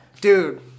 Dude